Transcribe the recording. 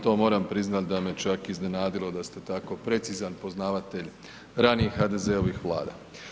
To moram priznati da me čak iznenadilo da ste tako precizan poznavatelj ranijih HDZ-ovih vlada.